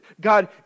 God